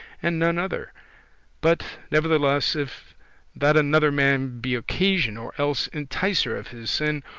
and none other but nevertheless, if that another man be occasion or else enticer of his sin,